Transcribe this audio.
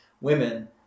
women